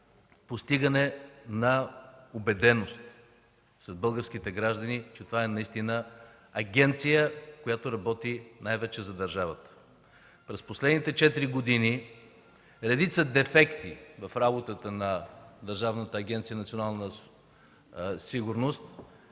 постигане на убеденост в българските граждани, че това наистина е агенция, която работи най-вече за държавата. През последните четири години редица дефекти в работата на Държавната агенция „Национална сигурност”